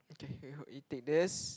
okay you take this